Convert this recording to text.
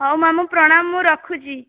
ହଉ ମାମୁଁ ପ୍ରଣାମ ମୁଁ ରଖୁଛି